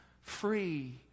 free